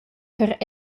per